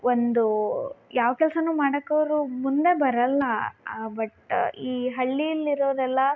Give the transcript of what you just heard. ಒಂದು ಯಾವ ಕೆಲಸನು ಮಾಡಕ್ಕೆ ಅವರು ಮುಂದೆ ಬರಲ್ಲ ಬಟ್ ಈ ಹಳ್ಳಿಯಲ್ಲಿರೋರೆಲ್ಲ